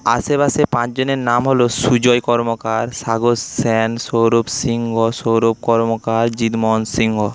আশেপাশে পাঁচজনের নাম হল সুজয় কর্মকার সাগর সেন সৌরভ সিংহ সৌরভ কর্মকার জিৎ মোহন সিংহ